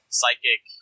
psychic